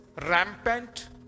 rampant